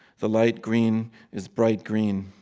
the light green is bright green.